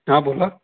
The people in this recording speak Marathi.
हां बोला